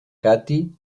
katy